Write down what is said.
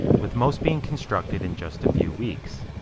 with most being constructed in just a few weeks.